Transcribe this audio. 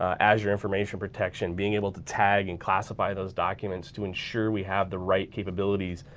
azure information protection. being able to tag and classify those documents to ensure we have the right capabilities.